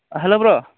hello bro